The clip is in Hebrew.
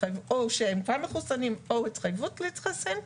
או שהם כבר מחוסנים או שיש התחייבות להתחסן.